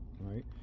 right